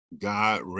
God